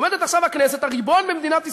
עומדת עכשיו הכנסת, הריבון במדינת ישראל,